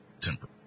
temper